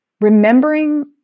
remembering